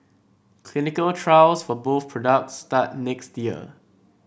clinical trials for both products start next year